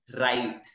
right